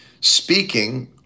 speaking